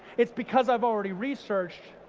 it's because i've already researched